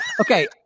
Okay